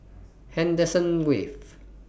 Henderson Wave